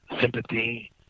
sympathy